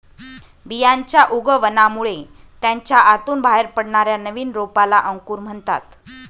बियांच्या उगवणामुळे त्याच्या आतून बाहेर पडणाऱ्या नवीन रोपाला अंकुर म्हणतात